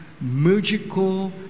magical